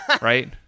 right